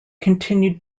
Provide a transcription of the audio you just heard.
continued